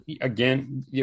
again